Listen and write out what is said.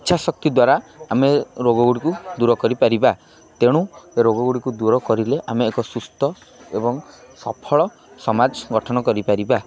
ଇଚ୍ଛା ଶକ୍ତି ଦ୍ୱାରା ଆମେ ରୋଗ ଗୁଡ଼ିକୁ ଦୂର କରିପାରିବା ତେଣୁ ରୋଗ ଗୁଡ଼ିକୁ ଦୂର କରିଲେ ଆମେ ଏକ ସୁସ୍ଥ ଏବଂ ସଫଳ ସମାଜ ଗଠନ କରିପାରିବା